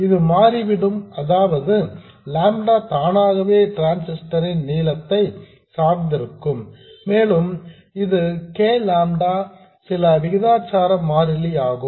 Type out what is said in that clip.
இது மாறிவிடும் அதாவது லாம்டா தானாகவே டிரான்சிஸ்டர் ன் நீளத்தை சார்ந்திருக்கும் மேலும் இந்த k லாம்டா சில விகிதாச்சார மாறிலி ஆகும்